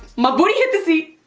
my booty hit the seat,